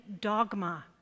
dogma